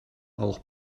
auch